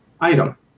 item